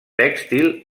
tèxtil